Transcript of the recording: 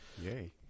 Yay